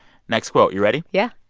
next quote you ready? yeah